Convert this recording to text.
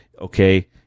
okay